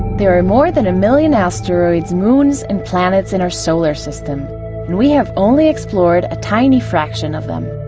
there are more than a million asteroids, moons and planets in our solar system, and we have only explored a tiny fraction of them.